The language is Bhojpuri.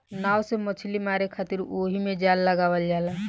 नाव से मछली मारे खातिर ओहिमे जाल लगावल जाला